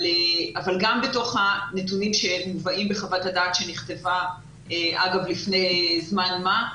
גם בתוך הנתונים שמובאים בחוות הדעת שנכתבה לפני זמן מה,